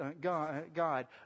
God